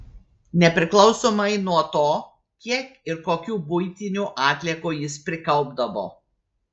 nepriklausomai nuo to kiek ir kokių buitinių atliekų jis prikaupdavo